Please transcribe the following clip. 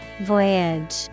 Voyage